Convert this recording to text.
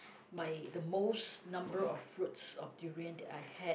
my the most number of fruits of durian that I had